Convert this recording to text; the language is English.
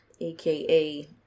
aka